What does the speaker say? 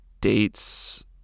dates